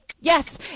yes